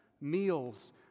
meals